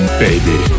baby